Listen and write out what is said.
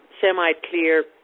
semi-clear